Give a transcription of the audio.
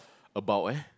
about where